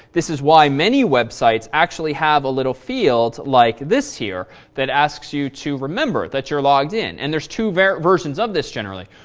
this is why many websites actually have a little field, like this here, that asks you to remember that you're logged in, and there's two versions of this generally,